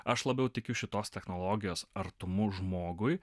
aš labiau tikiu šitos technologijos artumu žmogui